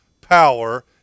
power